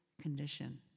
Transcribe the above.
condition